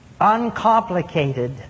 uncomplicated